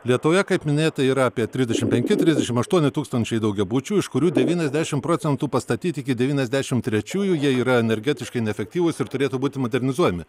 lietuvoje kaip minėta yra apie trisdešimt penki trisdešimt aštuoni tūkstančių daugiabučių iš kurių devyniasdešimt procentų pastatyti iki devyniasdešimt trečiųjų jie yra energetiškai neefektyvūs ir turėtų būti modernizuojami